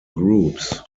groups